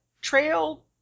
trail